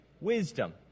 wisdom